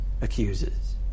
accuses